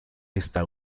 esta